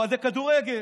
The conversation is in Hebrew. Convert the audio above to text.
אוהדי כדורגל.